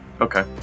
Okay